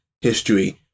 history